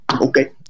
okay